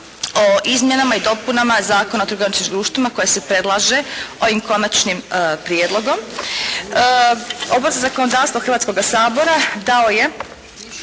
o izmjenama i dopunama Zakona o trgovačkim društvima koja se predlaže ovim konačnim prijedlogom. Odbor za zakonodavstvo Hrvatskoga sabora dao je